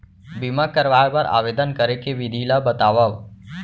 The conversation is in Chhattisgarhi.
बीमा करवाय बर आवेदन करे के विधि ल बतावव?